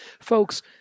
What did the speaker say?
Folks